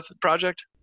project